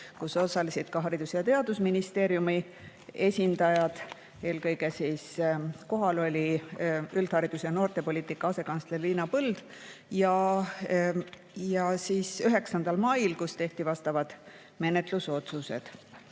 kus osalesid ka Haridus- ja Teadusministeeriumi esindajad, eelkõige oli kohal üldharidus- ja noortepoliitika asekantsler Liina Põld, ja 9. mail, kui tehti vastavad menetlusotsused.